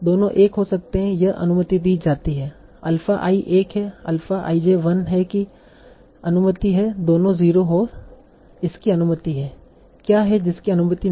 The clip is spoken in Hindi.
दोनों एक हो सकते हैं यह अनुमति दी जाती है अल्फ़ा i एक है अल्फ़ा i j 1 है की अनुमति है दोनों 0 हो इसकी अनुमति है क्या है जिसकी अनुमति नहीं है